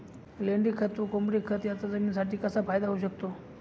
लेंडीखत व कोंबडीखत याचा जमिनीसाठी कसा फायदा होऊ शकतो?